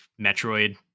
Metroid